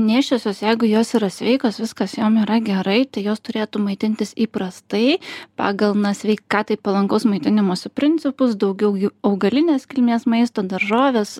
nėščiosios jeigu jos yra sveikos viskas jom yra gerai tai jos turėtų maitintis įprastai pagal na sveikatai palankaus maitinimosi principus daugiau augalinės kilmės maisto daržovės